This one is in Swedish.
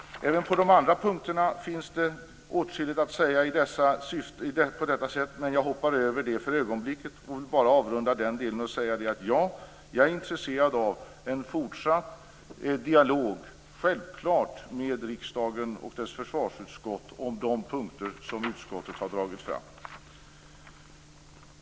Även på de andra punkterna finns det åtskilligt att säga, men jag hoppar över dem för ögonblicket och vill avrunda denna del med att säga att jag självklart är intresserad av en fortsatt dialog med riksdagen och dess försvarsutskott om de punkter som utskottet har tagit upp.